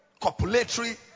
Copulatory